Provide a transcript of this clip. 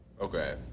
Okay